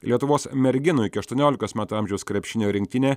lietuvos merginų iki aštuoniolikos metų amžiaus krepšinio rinktinė